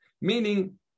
Meaning